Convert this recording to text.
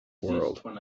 world